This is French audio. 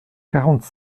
quarante